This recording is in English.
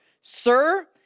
Sir